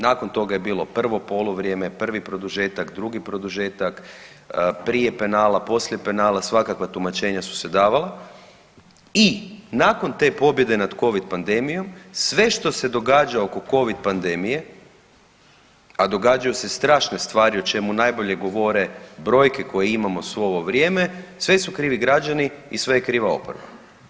Nakon toga je bilo 1. poluvrijeme, 1. produžetak, 2. produžetak, prije penala, poslije penala, svakakva tumačenja su se davala i nakon te pobjede nad Covid pandemijom, sve što se događa oko Covid pandemije, a događaju se strašne stvari, o čemu najbolje govore brojke koje imamo svo ovo vrijeme, sve su krivi građani i sve je kriva oporba.